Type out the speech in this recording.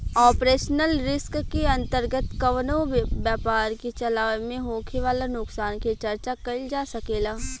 operational risk के अंतर्गत कवनो व्यपार के चलावे में होखे वाला नुकसान के चर्चा कईल जा सकेला